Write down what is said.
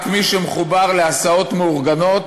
רק מי שמחובר להסעות מאורגנות,